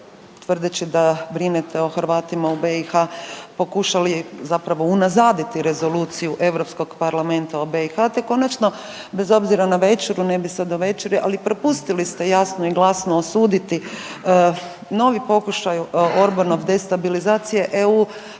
tvrdeći da brinete o Hrvatima u BiH, pokušali zapravo unazaditi Rezoluciju EU parlamenta o BiH, te konačno, bez obzira na večeru, ne bih sad o večeri, ali prepustili ste jasno i glasno osuditi novi pokušaj Orbanov destabilizacije EU